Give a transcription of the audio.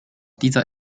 dieser